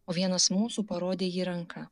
o vienas mūsų parodė į jį ranka